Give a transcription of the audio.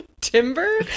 timber